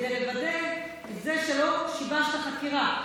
כדי לוודא את זה שלא שיבשת חקירה.